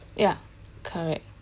ya correct